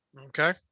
Okay